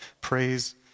praise